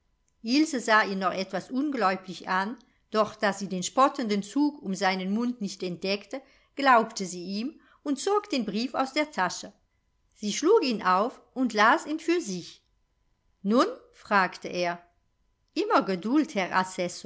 sah ihn noch etwas ungläubig an doch da sie den spottenden zug um seinen mund nicht entdeckte glaubte sie ihm und zog den brief aus der tasche sie schlug ihn auf und las ihn für sich nun fragte er immer geduld